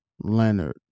Leonard